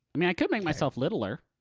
i mean, i could make myself littler.